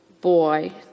Boy